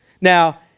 Now